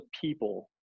people